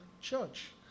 church